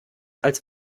als